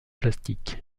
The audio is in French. plastiques